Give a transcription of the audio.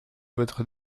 votre